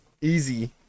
Easy